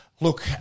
Look